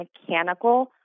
mechanical